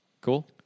Cool